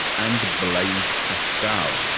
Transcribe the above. and blaise pascal.